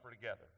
together